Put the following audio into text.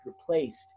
replaced